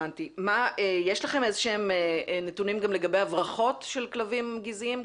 יש לכם נתונים גם לגבי הברחות של כלבים גזעיים,